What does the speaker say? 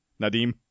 Nadim